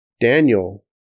Daniel